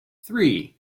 three